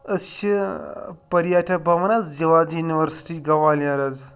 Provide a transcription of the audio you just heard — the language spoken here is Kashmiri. أسۍ چھِ پٔریٹا بھوَن حظ زِواج یوٗنیورسٹی گوالِیَر حظ